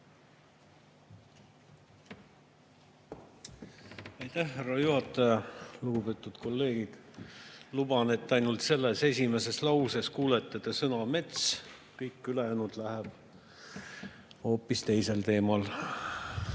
Aitäh, härra juhataja! Lugupeetud kolleegid! Luban, et ainult selles esimeses lauses kuulete te sõna "mets". Kõik ülejäänu tuleb hoopis teisel teemal.